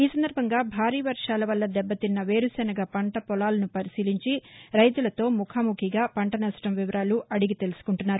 ఈ సందర్భంగా భారీ వర్షాల వల్ల దెబ్బతిన్న వేరుశనగ పంట పొలాలను పరిశీలించి రైతులతో ముఖాముఖీగా పంట నష్టం వివరాలు అడిగి తెలుసుకుంటున్నారు